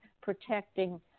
protecting